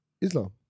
Islam